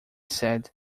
said